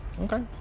Okay